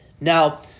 Now